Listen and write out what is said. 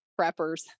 preppers